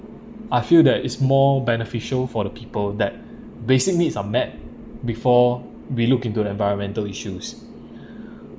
I feel that it's more beneficial for the people that basic needs are met before we look into the environmental issues